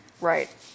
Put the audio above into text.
Right